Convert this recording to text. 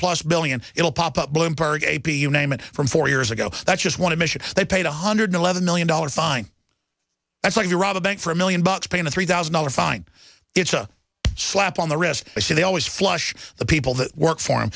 plus billion it'll pop up bloomberg a p you name it from four years ago that's just want to make sure they paid one hundred eleven million dollars fine that's like you rob a bank for a million bucks paying a three thousand dollar fine it's a slap on the wrist they say they always flush the people that work for him